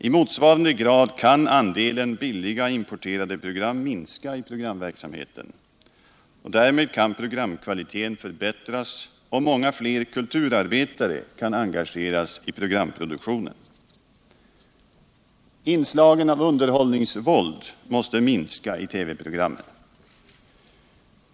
I motsvarande grad kan andelen billiga importerade program minska i programverksamheten. Därmed kan programkvaliteten förbättras, och många fler kulturarbetare kan engageras i programproduktionen. Inslagen av underhållningsvåld måste minska i TV-programmen.